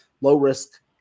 low-risk